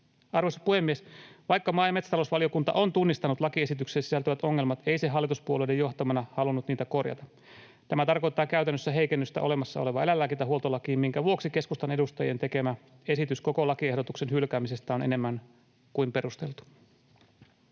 Arvoisa puhemies! Vaikka maa- ja metsätalousvaliokunta on tunnistanut lakiesitykseen sisältyvät ongelmat, ei se hallituspuolueiden johtamana halunnut niitä korjata. Tämä tarkoittaa käytännössä heikennystä olemassa olevaan eläinlääkintähuoltolakiin, minkä vuoksi keskustan edustajien tekemä esitys koko lakiehdotuksen hylkäämisestä on enemmän kuin perusteltua.